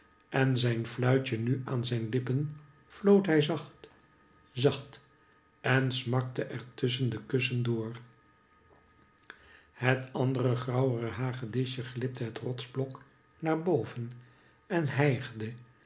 en zijn fluitje nu aan zijn lippen floot hij zacht zacht en smakte er tusschen de kussen door het andere grauwere hagedisje glipte het rotsblok naar boven en hijgde